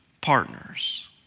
partners